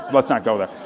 let's not go there.